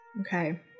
Okay